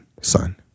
son